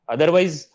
Otherwise